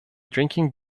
drinking